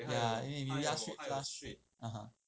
ya maybe 他有 straight flush (uh huh)